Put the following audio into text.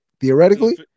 Theoretically